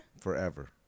Forever